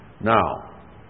Now